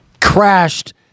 crashed